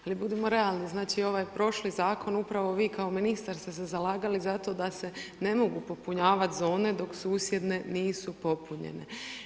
Ali, budimo realni, znači ovaj prošli zakon, upravo vi kao ministar ste se zalagali za to da se ne mogu popunjavati zone, dok susjedne nisu popunjene.